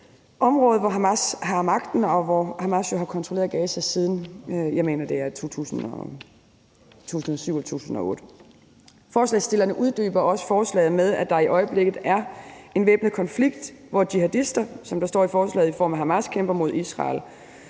område, hvor Hamas har magten, og hvor Hamas jo har kontrolleret Gaza siden, jeg mener det er 2007 eller 2008. Forslagsstillerne uddyber også forslaget med at skrive, at der i øjeblikket er en væbnet konflikt, hvor jihadister, som der står i forslaget, i form af Hamas kæmper mod Israel.